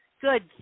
good